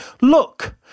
look